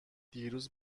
دیروز